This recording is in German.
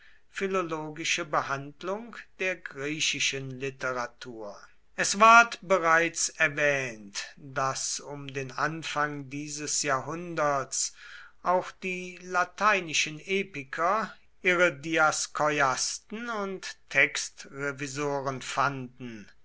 philologische behandlung der griechischen literatur es ward bereits erwähnt daß um den anfang dieses jahrhunderts auch die lateinischen epiker ihre diaskeuasten und textrevisoren fanden